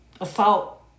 assault